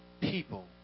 people